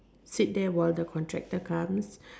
sit there while the contractor comes